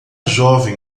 jovem